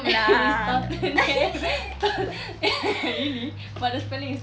tottenham eh really but the spelling is totten~